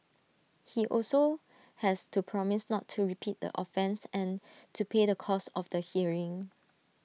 he also has to promise not to repeat the offence and to pay the cost of the hearing